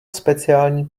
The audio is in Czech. speciální